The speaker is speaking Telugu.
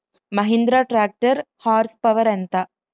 మహీంద్రా ట్రాక్టర్ హార్స్ పవర్ ఎంత?